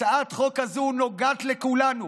הצעת החוק הזאת נוגעת לכולנו,